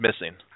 missing